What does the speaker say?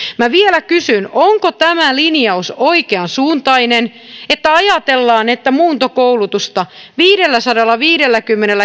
minä vielä kysyn onko tämä linjaus oikeansuuntainen että ajatellaan että tuettaisiin muuntokoulutusta viidensadanviidenkymmenen